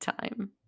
time